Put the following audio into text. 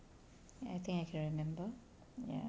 I think I can remember ya